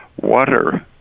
water